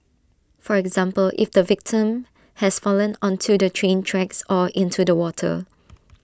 for example if the victim has fallen onto the train tracks or into the water